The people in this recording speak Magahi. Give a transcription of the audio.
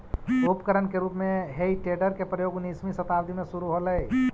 उपकरण के रूप में हेइ टेडर के प्रयोग उन्नीसवीं शताब्दी में शुरू होलइ